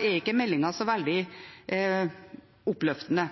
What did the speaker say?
er ikke meldingen så veldig oppløftende.